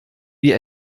wie